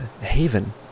haven